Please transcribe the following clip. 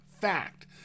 fact